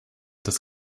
des